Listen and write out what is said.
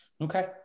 Okay